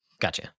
gotcha